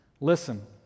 Listen